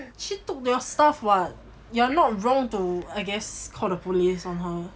she took your stuff [what] you're not wrong to I guess call the police on her